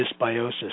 dysbiosis